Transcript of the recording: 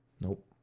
Nope